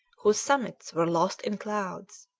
whose summits were lost in clouds.